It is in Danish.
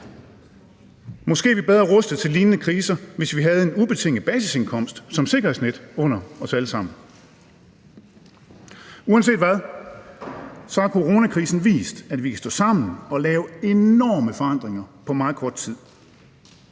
Måske er vi bedre rustet til lignende kriser, hvis vi havde en ubetinget basisindkomst som sikkerhedsnet under os alle sammen. Uanset hvad, har coronakrisen vist, at vi kan stå sammen og lave enorme forandringer på meget kort tid.